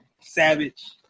Savage